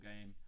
game